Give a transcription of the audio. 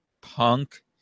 Punk